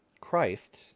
Christ